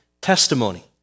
testimony